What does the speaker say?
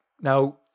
now